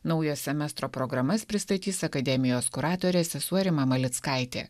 naujo semestro programas pristatys akademijos kuratorė sesuo rima malickaitė